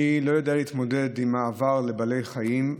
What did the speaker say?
אני לא יודע להתמודד עם מעבר לבעלי חיים,